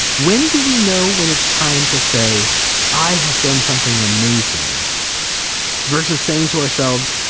when do we know when it's time to say i have done something amazing versus saying to ourselves,